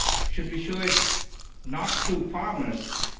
should we show it not to farmers,